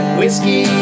Whiskey